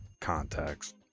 context